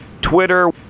Twitter